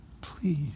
Please